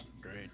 Great